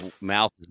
mouth